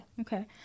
Okay